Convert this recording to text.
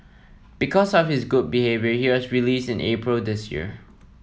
because of his good behaviour he was released in April this year